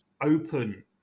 open